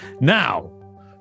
Now